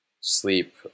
sleep